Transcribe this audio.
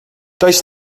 does